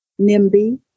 Nimby